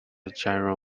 gyro